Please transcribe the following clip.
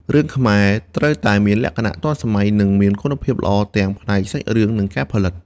រឿងខ្មែរត្រូវតែមានលក្ខណៈទាន់សម័យនិងមានគុណភាពល្អទាំងផ្នែកសាច់រឿងនិងការផលិត។